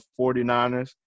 49ers